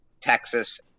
Texas